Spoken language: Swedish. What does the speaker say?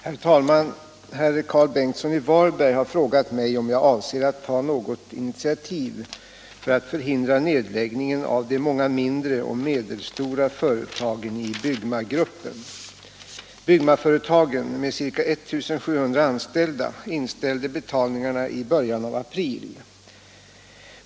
Herr talman! Herr Karl Bengtsson i Varberg har frågat mig om jag avser att ta något initiativ för att förhindra nedläggningen av de många mindre och medelstora företagen i Byggmagruppen. Byggmaföretagen, med ca 1 700 anställda, inställde betalningarna i början av april.